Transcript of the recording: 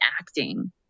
acting